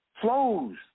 Flows